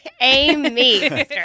Amy